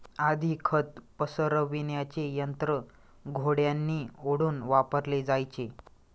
आधी खत पसरविण्याचे यंत्र घोड्यांनी ओढून वापरले जायचे